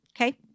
okay